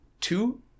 Two